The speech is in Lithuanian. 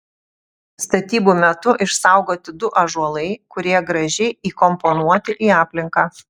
statybų metu išsaugoti du ąžuolai kurie gražiai įkomponuoti į aplinką